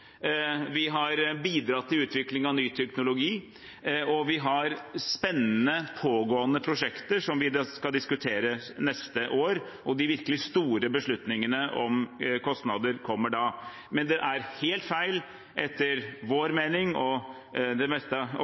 Vi har bidratt til utvikling av ny teknologi, og vi har spennende, pågående prosjekter som vi skal diskutere neste år, og de virkelig store beslutningene om kostnader kommer da. Men det er etter vår mening helt feil – og det meste av